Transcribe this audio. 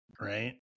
Right